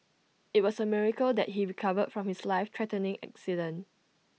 IT was A miracle that he recovered from his life threatening accident